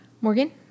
Morgan